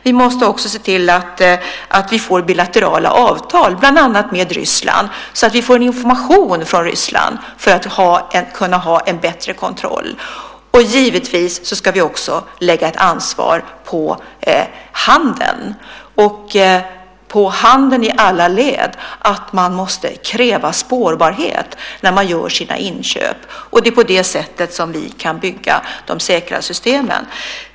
Vi måste också se till att vi får bilaterala avtal, bland annat med Ryssland, så att vi får information från Ryssland för att kunna ha en bättre kontroll. Och givetvis ska vi också lägga ett ansvar på handeln i alla led att den måste kräva spårbarhet när den gör sina inköp. Det är på det sättet som vi kan bygga de säkra systemen.